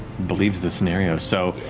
believes the scenario. so,